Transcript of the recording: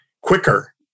quicker